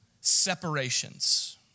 separations